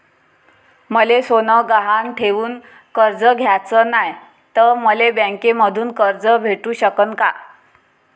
मले सोनं गहान ठेवून कर्ज घ्याचं नाय, त मले बँकेमधून कर्ज भेटू शकन का?